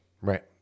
Right